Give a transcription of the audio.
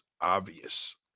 obvious